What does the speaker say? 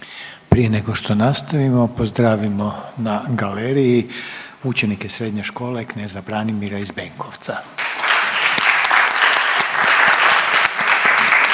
Prije nego što nastavimo pozdravimo na galeriji učenike Srednje škole Kneza Branimira iz Benkovca.